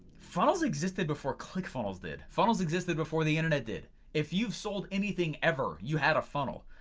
funnels existed before clickfunnels did, funnels existed before the internet did if you've sold anything ever you had a funnel.